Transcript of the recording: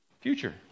future